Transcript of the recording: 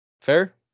Fair